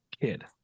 kid